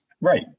Right